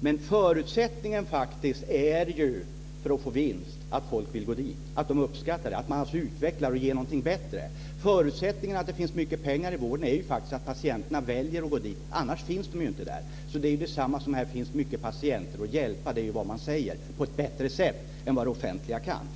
Men förutsättningen för att få vinst är faktiskt att folk vill gå dit, att de uppskattar vården och att man utvecklar den och ger någonting bättre. Förutsättningen för att det ska finnas mycket pengar i vården är faktiskt att patienterna väljer att gå dit - annars finns pengarna inte där. Det är detsamma som att det finns många patienter att hjälpa. Det är vad man säger. Man gör det på ett bättre sätt än vad det offentliga kan.